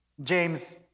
James